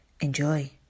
Enjoy